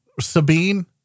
Sabine